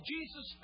Jesus